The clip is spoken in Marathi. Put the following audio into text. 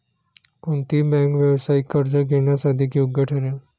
कोणती बँक व्यावसायिक कर्ज घेण्यास अधिक योग्य ठरेल?